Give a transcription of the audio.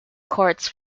courts